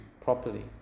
properly